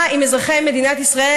מה עם אזרחי מדינת ישראל,